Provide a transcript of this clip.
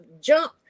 jump